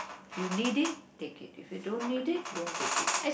you need it take it if you don't need it don't take it